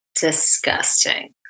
disgusting